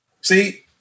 see